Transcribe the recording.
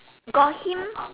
got him